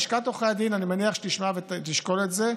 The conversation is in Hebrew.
אני מניח שלשכת עורכי הדין תשמע ותשקול את זה.